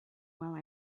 while